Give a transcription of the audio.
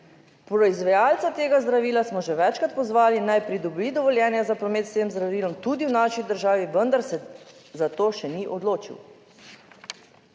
proizvajalca tega zdravila smo že večkrat pozvali, naj pridobi dovoljenje za promet s tem zdravilom tudi v naši državi, vendar se za to še ni odločil.